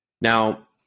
Now